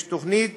יש תוכנית